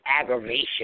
aggravation